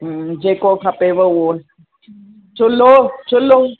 हम्म जेको खपेव उहो चुल्लो चुल्लो